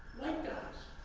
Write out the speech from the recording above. white guys.